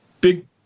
Big